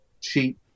cheap